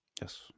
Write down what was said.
Yes